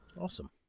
awesome